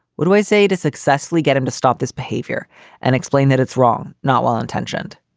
what do i say to successfully get him to stop this behavior and explain that it's wrong, not well intentioned?